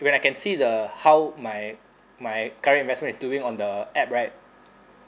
when I can see the how my my current investment is doing on the app right